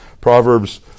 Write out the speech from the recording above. Proverbs